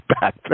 back